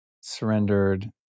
surrendered